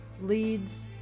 leads